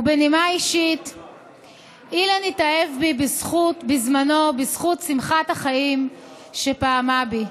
ובנימה אישית: אילן התאהב בי בזמנו בזכות שמחת החיים שפיעמה בי.